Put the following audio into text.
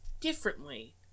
differently